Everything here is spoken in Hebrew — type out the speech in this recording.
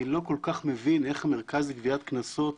אני לא כל כך מבין איך המרכז לגביית קנסות